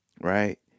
right